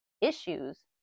issues